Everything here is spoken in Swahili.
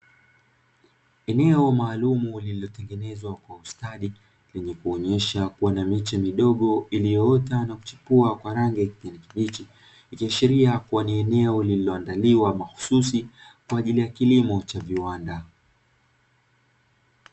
Eneo maalumu lililotengenezwa kwa ustadi, lenye kuonyesha kuwa na miche midogo iliyoota na kuchipua kwa rangi ya kijani kibichi, ikiashiria kuwa ni eneo lililoandaliwa mahususi kwa ajili ya kilimo cha viwanda.